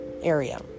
area